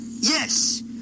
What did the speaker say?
Yes